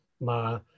Ma